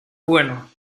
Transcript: bueno